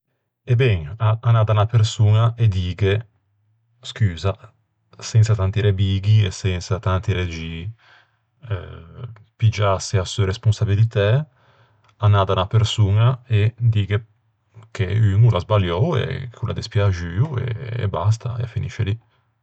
E ben, anâ da unna persoña e dîghe scusa, sensa tanti rebighi e sensa regii. Piggiâse a seu responsabilitæ, anâ da unna persoña e dîghe che un o l'à sbaliou, ch'o l'é dispiaxuo e basta, a finisce lì.